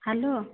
hello